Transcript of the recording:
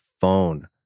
phone